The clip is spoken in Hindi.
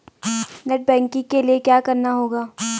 नेट बैंकिंग के लिए क्या करना होगा?